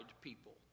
people